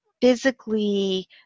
physically